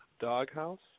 doghouse